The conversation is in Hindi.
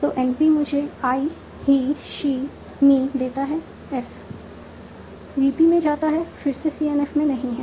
तो NP मुझे आई ही शी मी देता है S VP में जाता है फिर से CNF में नहीं है